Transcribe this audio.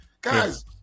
Guys